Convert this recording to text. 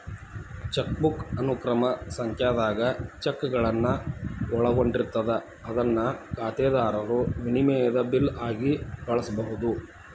chequebook ಅನುಕ್ರಮ ಸಂಖ್ಯಾದಾಗ ಚೆಕ್ಗಳನ್ನ ಒಳಗೊಂಡಿರ್ತದ ಅದನ್ನ ಖಾತೆದಾರರು ವಿನಿಮಯದ ಬಿಲ್ ಆಗಿ ಬಳಸಬಹುದು